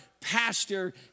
pastor